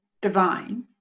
divine